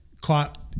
caught